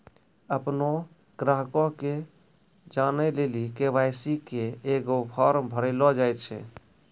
अपनो ग्राहको के जानै लेली के.वाई.सी के एगो फार्म भरैलो जाय छै